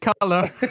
color